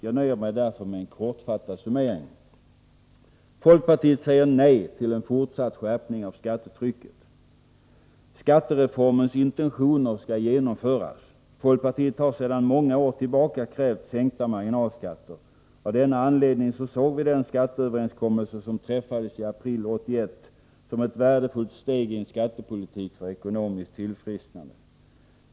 Jag nöjer mig därför med en kortfattad summering. Folkpartiet säger nej till en fortsatt skärpning av skattetrycket. Skattereformens intentioner skall genomföras. Folkpartiet har sedan många år tillbaka krävt en sänkning av marginalskatterna. Av denna anledning såg vi den skatteöverenskommelse som träffades i april 1981 som ett värdefullt steg i en skattepolitik för ekonomiskt tillfrisknande.